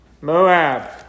Moab